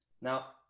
Now